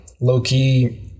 low-key